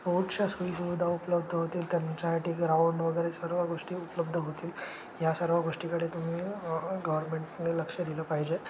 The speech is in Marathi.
स्पोर्ट्सच्या सोयीसुविधा उपलब्ध होतील त्यांच्यासाठी ग्राऊंड वगैरे सर्व गोष्टी उपलब्ध होतील ह्या सर्व गोष्टीकडे तुम्ही गव्हर्नमेंटमुळे लक्ष दिलं पाहिजे